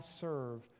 serve